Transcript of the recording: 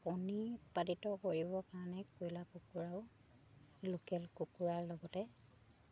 কণী উৎপাদিত কৰিবৰ কাৰণে কয়লা কুকুৰাও লোকেল কুকুৰাৰ লগতে